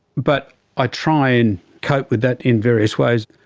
but i try and cope with that in various ways.